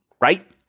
right